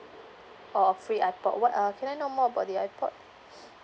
oh a free ipod what uh can I know more about the ipod